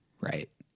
Right